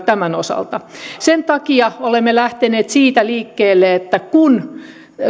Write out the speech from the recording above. tämän osalta sen takia olemme lähteneet siitä liikkeelle että kun